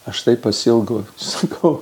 aš taip pasiilgau sakau